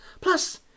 Plus